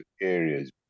areas